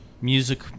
music